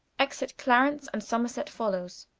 exit clarence, and somerset followes.